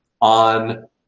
on